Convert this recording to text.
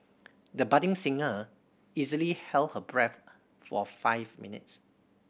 the budding singer easily held her breath for five minutes